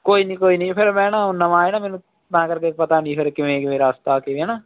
ਕੋਈ ਨਹੀਂ ਕੋਈ ਨਹੀਂ ਫਿਰ ਮੈਂ ਨਾ ਨਵਾਂ ਆਇਆ ਨਾ ਮੈਨੂੰ ਤਾਂ ਕਰਕੇ ਪਤਾ ਨਹੀਂ ਫਿਰ ਕਿਵੇਂ ਕਿਵੇਂ ਰਸਤਾ ਕਿਵੇਂ ਹੈ ਨਾ